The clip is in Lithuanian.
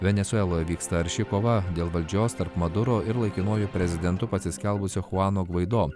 venesueloje vyksta arši kova dėl valdžios tarp maduro ir laikinuoju prezidentu pasiskelbusio chuano gvaido